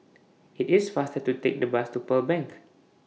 IT IS faster to Take The Bus to Pearl Bank